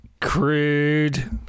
crude